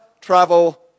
travel